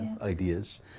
ideas